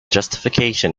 justification